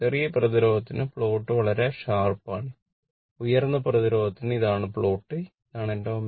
ചെറിയ പ്രതിരോധത്തിന് പ്ലോട്ട് വളരെ ഷാർപ് ആണ് ഉയർന്ന പ്രതിരോധത്തിന് ഇതാണ് പ്ലോട്ട് ഇതാണ് എന്റെ ω0